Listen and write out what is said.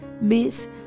miss